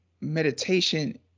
meditation